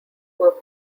were